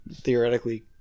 theoretically